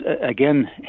again